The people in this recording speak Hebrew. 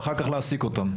ואחר כך להעסיק אותם.